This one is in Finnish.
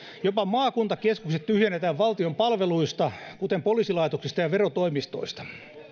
jopa maakuntakeskukset tyhjennetään valtion palveluista kuten poliisilaitoksista ja verotoimistoista